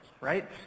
right